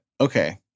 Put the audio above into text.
Okay